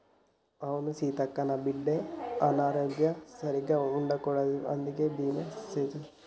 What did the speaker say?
అవును సీతక్క, నా బిడ్డ ఆరోగ్యం సరిగ్గా ఉండదు కదా అందుకే బీమా సేత్తున్న